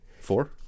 four